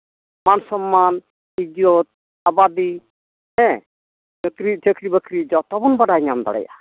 ᱢᱟᱱᱼᱥᱚᱢᱢᱟᱱ ᱤᱡᱽᱡᱚᱛ ᱟᱵᱟᱫᱤ ᱦᱮᱸ ᱱᱩᱠᱨᱤ ᱪᱟᱠᱨᱤᱼᱵᱟᱹᱠᱨᱤ ᱡᱚᱛᱚ ᱵᱚᱱ ᱵᱟᱲᱟᱭ ᱧᱟᱢ ᱫᱟᱲᱮᱭᱟᱜᱼᱟ